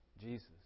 Jesus